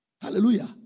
Hallelujah